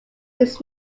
his